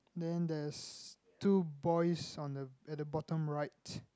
then there's two boys on the at the bottom right